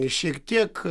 šiek tiek